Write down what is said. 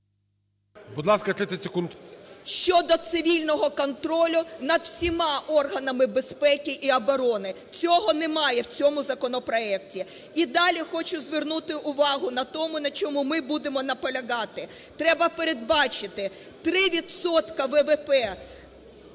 …щодо цивільного контролю над всіма органами безпеки і оборони. Цього немає в цьому законопроекті. І далі хочу звернути увагу на тому, на чому ми будемо наполягати. Треба передбачити 3